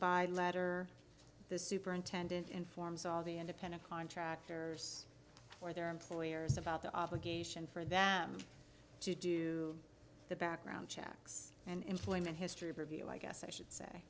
by letter the superintendent informs all the independent contractors or their employers about the obligation for them to do the background checks and employment history of review i guess i should say